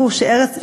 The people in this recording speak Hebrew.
בשווייץ,